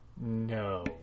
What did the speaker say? No